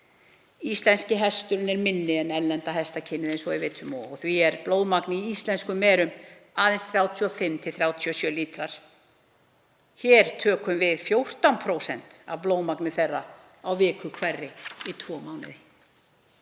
Íslenski hesturinn er minni en erlend hestakyn, eins og við vitum, og því er blóðmagn í íslenskum merum aðeins 35–37 lítrar. Hér tökum við 14% af blóðmagni þeirra á viku hverri í tvo mánuði.